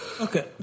Okay